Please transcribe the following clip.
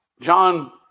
John